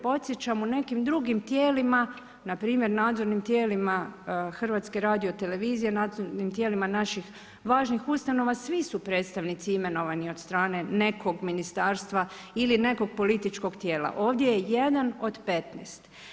Podsjećam u nekim drugim tijelima, npr. nadzornim tijelima HRT, nadzornim tijelima naših važnih ustanova, siv su predstavnici imenovani od strane nekog ministarstva ili nekog političkog tijela, ovdje je 1 od 15.